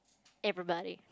everybody